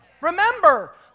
Remember